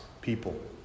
people